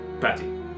Patty